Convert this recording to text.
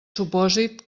supòsit